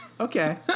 Okay